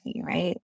right